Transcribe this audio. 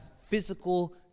physical